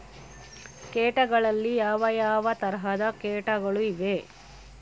ಕೇಟಗಳಲ್ಲಿ ಯಾವ ಯಾವ ತರಹದ ಕೇಟಗಳು ಇವೆ?